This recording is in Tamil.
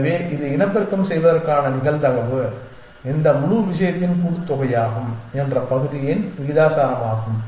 எனவே இது இனப்பெருக்கம் செய்வதற்கான நிகழ்தகவு இந்த முழு விஷயத்தின் கூட்டுத்தொகையாகும் என்ற பகுதியின் விகிதாசாரமாகும்